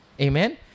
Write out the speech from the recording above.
Amen